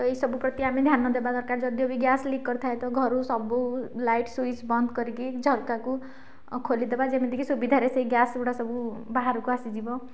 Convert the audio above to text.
ଏଇସବୁ ପ୍ରତି ଆମେ ଧ୍ୟାନଦେବା ଦରକାର ଯଦିଓ ବି ଗ୍ୟାସ୍ ଲିକ୍ କରିଥାଏ ତ ଘରୁ ସବୁ ଲାଇଟ୍ ସୁଇଜ ବନ୍ଦକରିକି ଝରକାକୁ ଖୋଲିଦେବା ଯେମିତିକି ସୁବିଧାରେ ସେଇ ଗ୍ୟାସ୍ ଗୁଡ଼ା ସବୁ ବାହାରକୁ ଆସିଯିବ